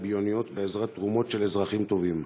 ביוניות בעזרת תרומות של אזרחים טובים,